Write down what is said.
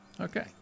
Okay